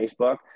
Facebook